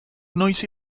noiz